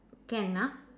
can ah